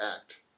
act